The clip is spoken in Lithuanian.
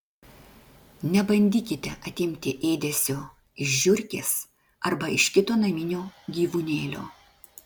nebandykite atimti ėdesio iš žiurkės arba iš kito naminio gyvūnėlio